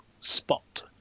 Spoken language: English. spot